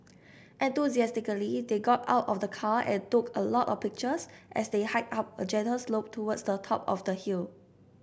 enthusiastically they got out of the car and took a lot of pictures as they hiked up a gentle slope towards the top of the hill